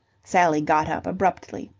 sally got up abruptly.